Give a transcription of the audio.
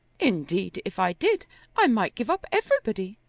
indeed if i did i might give up everybody.